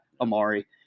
Amari